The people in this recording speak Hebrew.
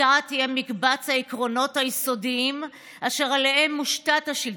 החוקה תהיה מקבץ העקרונות היסודיים אשר עליהם מושתת השלטון.